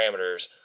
parameters